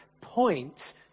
point